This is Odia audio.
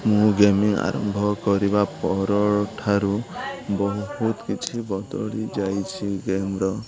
ମୁଁ ଗେମିଙ୍ଗ ଆରମ୍ଭ କରିବା ପରଠାରୁ ବହୁତ କିଛି ବଦଳି ଯାଇଛି ଗେମ୍ର